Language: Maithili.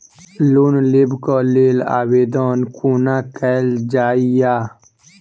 लोन लेबऽ कऽ लेल आवेदन कोना कैल जाइया?